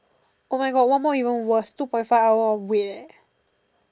oh my god one more even worse two point five hours of wait eh